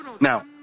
Now